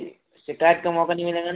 जी शिकायत का मौका नही मिलेगा न